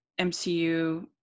MCU